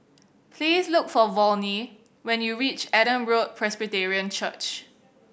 please look for Volney when you reach Adam Road Presbyterian Church